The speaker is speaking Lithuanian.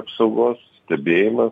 apsaugos stebėjimą